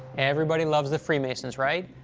everybody loves the freemasons, right?